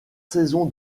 saison